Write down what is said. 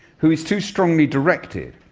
who is too strongly directed,